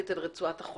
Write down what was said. אתנו ניצן שמלווה אותנו,